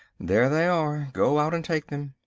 there they are. go out and take them.